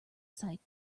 sight